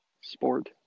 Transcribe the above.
sport